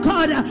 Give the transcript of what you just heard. God